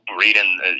reading